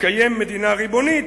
לקיים מדינה ריבונית,